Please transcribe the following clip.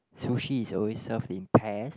sushi is always served in pairs